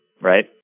right